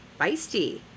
feisty